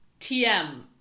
TM